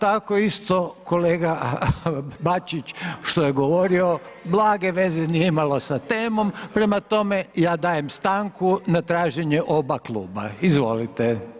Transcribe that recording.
Tako isto, tako isto kolega Bačić što je govorio blage veze nije imalo sa temom, prema tome ja dajem stanku na traženje oba kluba, izvolite.